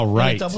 right